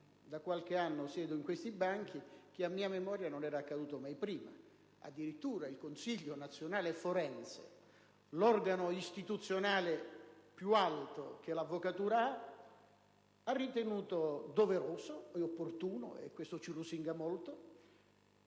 da qualche anno siedo in questi banchi - non ricordo sia mai avvenuto prima. Addirittura il Consiglio nazionale forense, l'organo istituzionale più alto dell'avvocatura, ha ritenuto doveroso e opportuno - questo ci lusinga molto